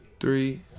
Three